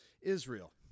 Israel